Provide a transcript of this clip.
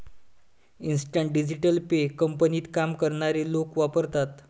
instant digital pay कंपनीत काम करणारे लोक वापरतात